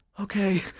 okay